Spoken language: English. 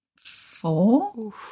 four